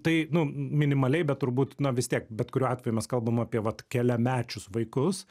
tai nu minimaliai bet turbūt na vis tiek bet kuriuo atveju mes kalbam apie vat keliamečius vaikus